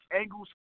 angles